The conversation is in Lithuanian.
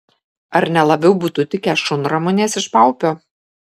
ar ne labiau būtų tikę šunramunės iš paupio